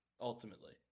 ultimately